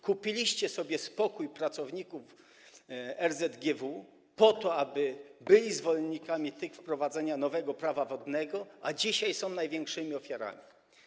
Kupiliście sobie spokój pracowników RZGW po to, aby byli zwolennikami wprowadzenia nowego Prawa wodnego, a dzisiaj są największymi ofiarami.